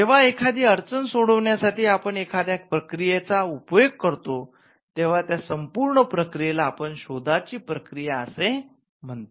जेव्हा एखादी अडचण सोडवण्यासाठी आपण एखाद्या प्रक्रियेचा उपयोग करतो तेव्हा त्या संपूर्ण प्रक्रियेला आपण शोधाची प्रक्रिया असे म्हणतो